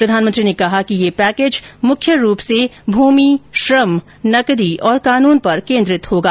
प्रधानमंत्री ने कहा कि यह पैकेज मुख्यरूप से भूमि श्रम नकदी और कानून पर केन्द्रित होगा